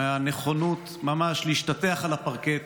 מהנכונות ממש להשתטח על הפרקט